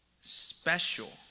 special